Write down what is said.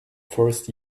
first